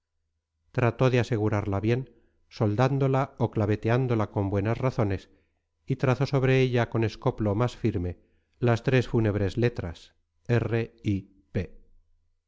trató de asegurarla bien soldándola o claveteándola con buenas razones y trazó sobre ella con escoplo más firme las tres fúnebres letras r i